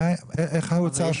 איך האוצר שותף פה?